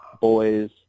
boys